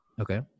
Okay